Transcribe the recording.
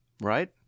right